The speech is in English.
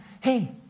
Hey